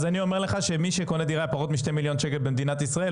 אני אומר לך שמי שקונה דירה פחות מ-2 מיליון שקל במדינת ישראל,